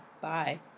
Bye